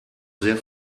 sehr